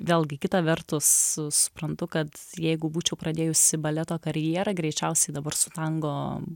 vėlgi kita vertus suprantu kad jeigu būčiau pradėjusi baleto karjerą greičiausiai dabar su tango